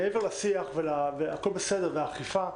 נדמה לי שמה שיותר חשוב אולי, שמעבר לשיח ולאכיפה,